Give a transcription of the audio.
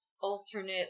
alternate